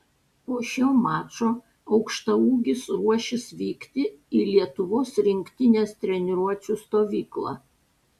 po šio mačo aukštaūgis ruošis vykti į lietuvos rinktinės treniruočių stovyklą